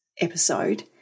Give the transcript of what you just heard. episode